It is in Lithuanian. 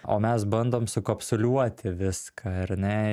o mes bandom sukapsuliuoti viską ar ne